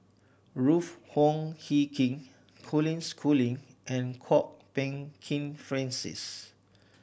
Ruth Wong Hie King Colin Schooling and Kwok Peng Kin Francis